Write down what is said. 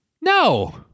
No